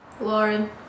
Lauren